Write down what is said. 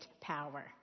power